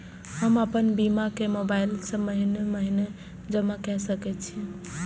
हम आपन बीमा के मोबाईल से महीने महीने जमा कर सके छिये?